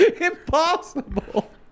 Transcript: impossible